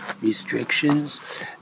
restrictions